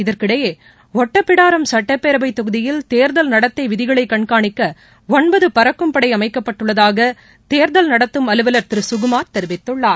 இதற்கிடையே ஒட்டப்பிடாரம் சட்டப்பேரவைத் தொகுதியில் தேர்தல் நடத்தை விதிகளை கண்காணிக்க ஒன்பது பறக்கும்படை அமைக்கப்பட்டுள்ளதாக தேர்தல் நடத்தும் அலுவலர் திரு சுகுமார் தெரிவித்துள்ளார்